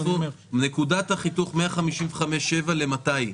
נקודת החיתוך 155.7 למתי היא?